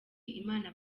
imana